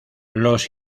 los